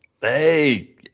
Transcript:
Hey